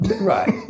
Right